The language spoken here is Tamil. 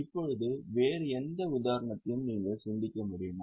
இப்போது வேறு எந்த உதாரணத்தையும் நீங்கள் சிந்திக்க முடிகிறதா